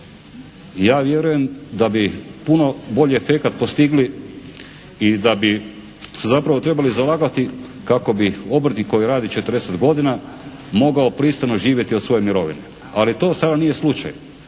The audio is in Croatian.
Ja vjerujem da bi puno bolji efekat postigli i da bi se zapravo trebali zalagati kako bi obrtnik koji radi 40 godina mogao pristojno živjeti od svoje mirovine, ali to sada nije slučaj